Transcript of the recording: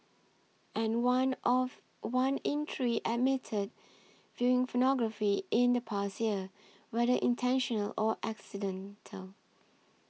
and one of one in three admitted viewing pornography in the past year whether intentional or accidental